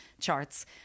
charts